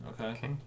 Okay